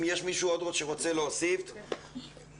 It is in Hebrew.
אם יש מישהו שרוצה להוסיף זה הזמן,